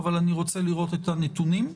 אבל אני רוצה לראות את הנתונים.